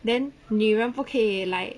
then 女人不可以 like